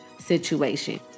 situation